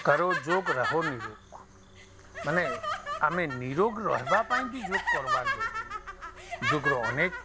କରୋ ଯୋଗ୍ ରହୋ ନିରୋଗ୍ ମାନେ ଆମେ ନିରୋଗ୍ ରହିବା ପାଇଁ ବି ଯୋଗ୍ କର୍ବାର୍ ଜରୁରୀ ଯୋଗ୍ର ଅନେକ୍